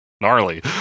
Gnarly